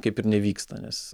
kaip ir nevyksta nes